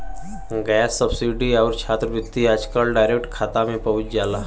gas subsidy आउर छात्रवृत्ति आजकल डायरेक्ट खाता में पहुंच जाला